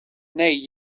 nej